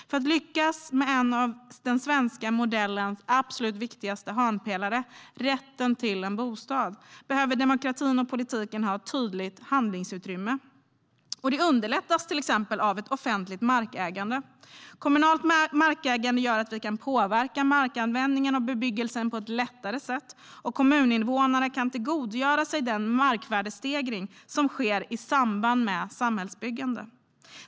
För att lyckas med en av den svenska modellens absolut viktigaste hörnpelare, rätten till en bostad, behöver demokratin och politiken ha ett tydligt handlingsutrymme. Det underlättas till exempel av ett offentligt markägande. Kommunalt markägande gör att vi kan påverka markanvändningen och bebyggelsen på ett lättare sätt, och kommuninvånarna kan tillgodogöra sig den markvärdestegring som sker i samband med samhällsbyggande.